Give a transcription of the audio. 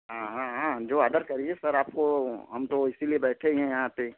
हाँ हाँ हाँ जो ऑर्डर करिए सर आपको हम तो इसीलिए बैठे ही हैं यहाँ पर